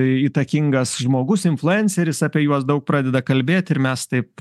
įtakingas žmogus influenceris apie juos daug pradeda kalbėt ir mes taip